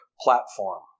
platform